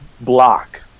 block